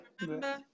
remember